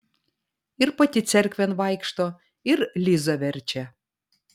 ir pati cerkvėn vaikšto ir lizą verčia